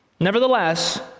Nevertheless